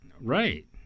Right